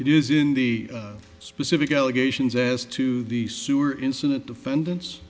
it is in the specific allegations as to the sewer incident defendants